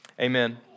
amen